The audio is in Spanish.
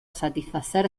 satisfacer